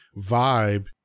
vibe